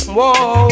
Whoa